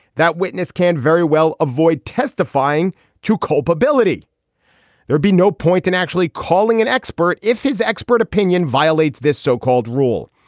that witness can very well avoid testifying to culpability there'd be no point in actually calling an expert if his expert opinion violates this so-called rule.